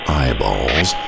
eyeballs